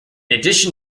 addition